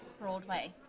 Broadway